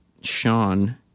Sean